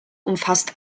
umfasst